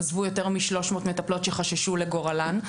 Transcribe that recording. עזבו יותר מ-300 מטפלות שחששו לגורלן.